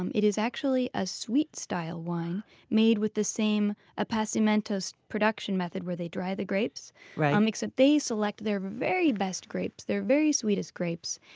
um it is actually a sweet style wine made with the same apassimento so production method where they dry the grapes um except they select their very best grapes, their very sweetest grapes,